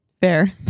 Fair